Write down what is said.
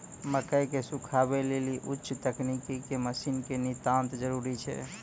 मकई के सुखावे लेली उच्च तकनीक के मसीन के नितांत जरूरी छैय?